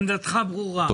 ולדימיר, עמדתך ברורה.